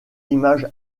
images